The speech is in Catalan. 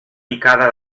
picada